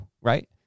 right